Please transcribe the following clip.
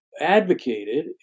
advocated